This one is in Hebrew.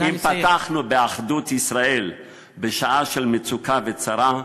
ואם פתחנו באחדות ישראל בשעה של מצוקה וצרה,